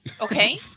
okay